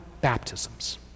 baptisms